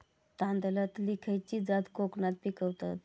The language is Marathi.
तांदलतली खयची जात कोकणात पिकवतत?